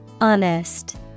Honest